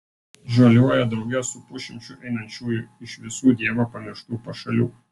žaliuoja drauge su pusšimčiu einančiųjų iš visų dievo pamirštų pašalių